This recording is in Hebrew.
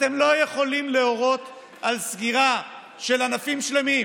אתם לא יכולים להורות על סגירה של ענפים שלמים,